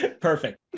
Perfect